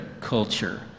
culture